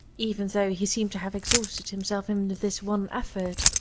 even though he seem to have exhausted himself in this one effort.